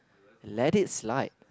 let it slide